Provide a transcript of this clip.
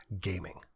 gaming